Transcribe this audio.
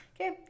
Okay